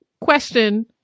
question